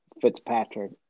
Fitzpatrick